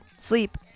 sleep